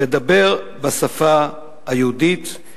לדבר בשפה היהודית,